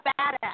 badass